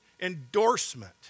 endorsement